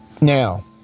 Now